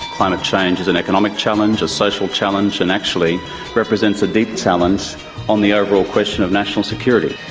climate change is an economic challenge, a social challenge and actually represents a deep challenge on the overall question of national security.